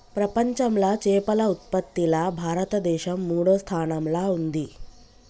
ప్రపంచంలా చేపల ఉత్పత్తిలా భారతదేశం మూడో స్థానంలా ఉంది